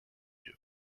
you